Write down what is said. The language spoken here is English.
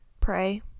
pray